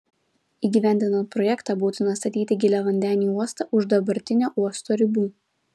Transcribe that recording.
įgyvendinant projektą būtina statyti giliavandenį uostą už dabartinio uosto ribų